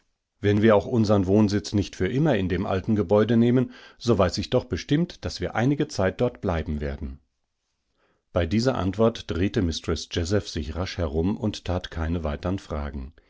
wenn wir auch unsern wohnsitz nicht für immer in dem alten gebäude nehmen soweißichdochbestimmt daßwireinigezeitdortbleibenwerden bei dieser antwort drehte mistreß jazeph sich rasch herum und tat keine weitern fragen